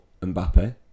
Mbappe